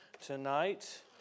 tonight